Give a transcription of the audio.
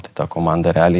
tai ta komanda realiai